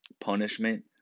punishment